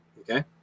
okay